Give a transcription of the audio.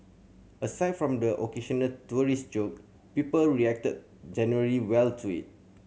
aside from the occasional terrorist joke people reacted generally well to it